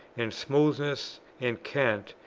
and smoothness, and cant,